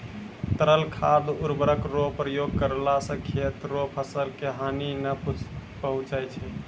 तरल खाद उर्वरक रो प्रयोग करला से खेत रो फसल के हानी नै पहुँचय छै